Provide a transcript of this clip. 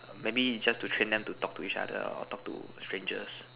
maybe just to train them to talk to each other or talk to strangers